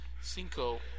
Cinco